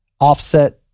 Offset